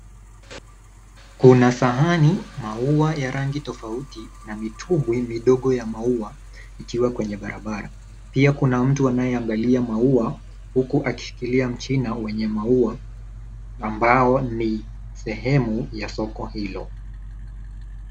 Kuna sahanani maua ya rangi tofauti na mitumbwi midogo ya maua ikiwa kwenye barabara. Pia kuna mtu anayeangalia maua huku akishikilia mchina wenye maua ambao ni sehemu ya soko hilo.